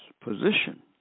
position